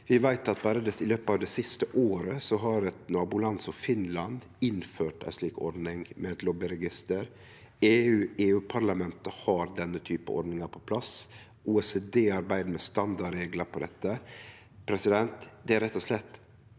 Vi veit at berre i løpet av det siste året har eit naboland, Finland, innført ei slik ordning med eit lobbyregister. EU-parlamentet har denne typen ordning på plass. OECD arbeider med standardreglar for dette.